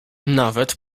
nawet